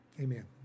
amen